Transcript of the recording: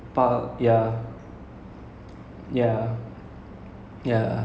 where is the common ones lah இளநீர்:ilaneer get away you will never try it here